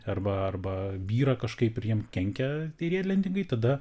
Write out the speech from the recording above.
arba arba byrą kažkaip ir jiem kenkia tie riedlentininkai tada